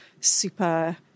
super